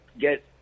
get